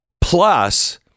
Plus